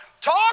Talk